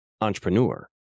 entrepreneur